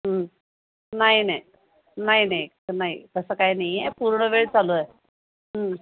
नाही नाही नाही नाही नाही तसं काय नाही आहे पूर्ण वेळ चालू आहे